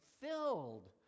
filled